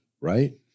Right